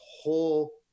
whole